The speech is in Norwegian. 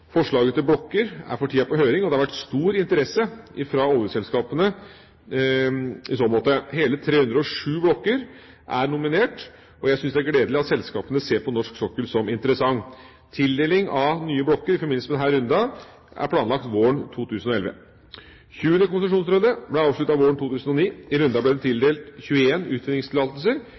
Forslaget til blokker er for tida på høring, og det har vært stor interesse fra oljeselskapene i så måte. Hele 307 blokker er nominert, og jeg syns det er gledelig at selskapene ser på norsk sokkel som interessant. Tildeling av nye blokker i forbindelse med denne runden er planlagt våren 2011. 20. konsesjonsrunde ble avsluttet våren 2009. I runden ble det tildelt 21 utvinningstillatelser.